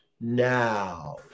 now